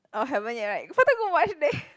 orh haven't yet right faster go watch leh